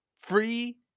free